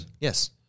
Yes